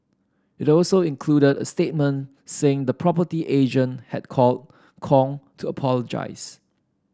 it also included a statement saying the property agent had called Kong to apologise